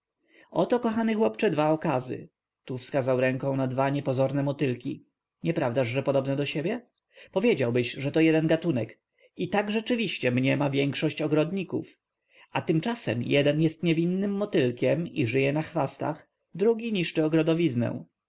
oto kochany chłopcze dwa okazy tu wskazał ręką na dwa niepozorne motylki nieprawdaż że podobne są do siebie powiedziałbyś że to jeden gatunek i tak rzeczywiście mniema większość ogrodników a tymczasem jeden jest niewinnym motylkiem i żyje na chwastach drugi niszczy